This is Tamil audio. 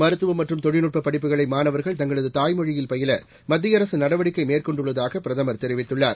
மருத்துவம் மற்றும் தொழில்நுட்ப படிப்புகளை மாணவர்கள் தங்களது தாய்மொழியில் பயில மத்திய அரசு நடவடிக்கை மேற்கொண்டுள்ளதாக பிரதமர் தெரிவித்துள்ளார்